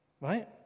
right